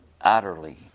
utterly